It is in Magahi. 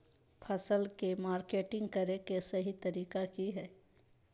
फसल के मार्केटिंग करें कि सही तरीका की हय?